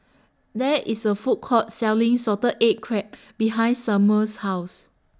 There IS A Food Court Selling Salted Egg Crab behind Samual's House